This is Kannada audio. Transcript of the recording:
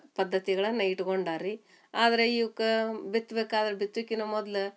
ಪದ್ಧತಿಗಳನ್ನು ಇಟ್ಕೊಂಡಾರೆ ರೀ ಆದ್ರೆ ಇವ್ಕೆ ಬಿತ್ತ ಬೇಕಾದ್ರೆ ಬಿತ್ತಕ್ಕಿನ್ನ ಮೊದ್ಲು